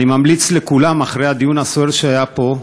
אני ממליץ לכולם, אחרי הדיון הסוער שהיה פה,